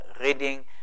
reading